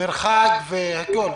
מרחק והכל.